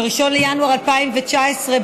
ב-1 בינואר 2019,